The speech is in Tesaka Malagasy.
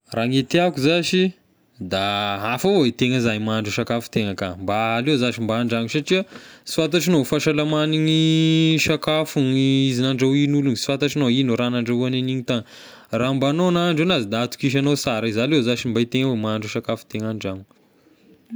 Raha ny tiako zashy da hafa avao e tegna izay mahandro ny sakafo tegna ka, mba aleo zashy mba an-dragno satria sy fantatra agnao fahasalaman'igny sakafo ny izy nandrahoin'olo igny, sy fantatra agnao igno raha nandrahoiny an'igny tagny, raha mba agnao no nahandro anazy da hatokisagnao sara izy, aleo zashy mba e tegna avao no mahandro ny sakafo tegna an-dragno.